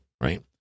right